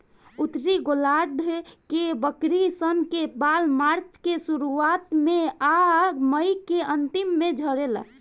उत्तरी गोलार्ध के बकरी सन के बाल मार्च के शुरुआत में आ मई के अन्तिम में झड़ेला